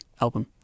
album